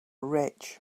rich